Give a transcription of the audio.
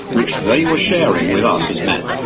which they were sharing with us as men.